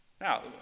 Now